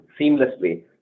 seamlessly